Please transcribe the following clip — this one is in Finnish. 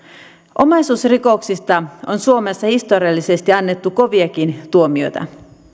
omaisuusrikoksista on suomessa historiallisesti annettu koviakin tuomioita